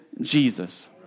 Jesus